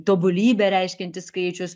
tobulybę reiškiantis skaičius